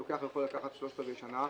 הוא יכול לקחת 3/4 שנה,